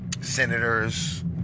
senators